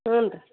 ಹ್ಞೂ ರೀ